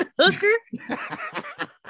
hooker